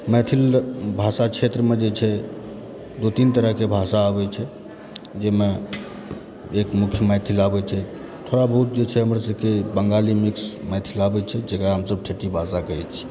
मैथिल भाषा क्षेत्रमे जे छै दो तीन तरहकेँ भाषा अबै छै जाहिमे एक मुख्य मैथिल आबैत छै थोड़ा बहुत जे छै हमर सभकेँ बंगाली मिक्स मैथिल आबैत छै जेकरा हमसभ ठेठही भाषा कहय छी